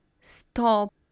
stop